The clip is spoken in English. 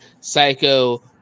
Psycho